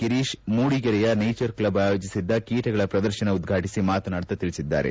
ಗಿರೀಶ್ ಮೂಡಿಗೆರೆಯ nature club ಅಯೋಜಿಸಿದ್ದ ಕೀಟಗಳ ಪ್ರದರ್ಶನ ಉದ್ಘಾಟಿಸಿ ಮಾತನಾಡುತ್ತಾ ತಿಳಿಸಿದ್ದಾರೆ